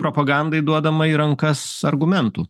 propagandai duodama į rankas argumentų